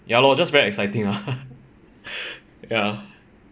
ya lor just very exciting lah ya